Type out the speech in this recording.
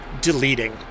Deleting